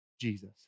Jesus